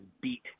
beat